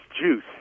juice